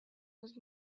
was